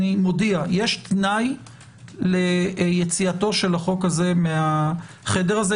אני מודיע יש תנאי ליציאת החוק הזה מהחדר הזה.